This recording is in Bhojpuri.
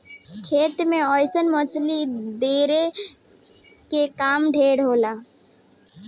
खेत मे अइसन मछली धरे के काम ढेर होला